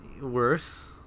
worse